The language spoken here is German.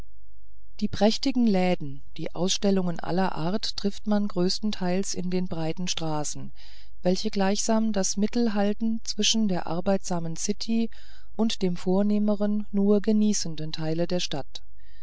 die prächtigen läden die ausstellungen aller art trifft man größtenteils in den breiten straßen welche gleichsam das mittel halten zwischen der arbeitsamen city und dem vornehmeren nur genießenden teile der stadt